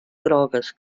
grogues